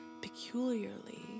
peculiarly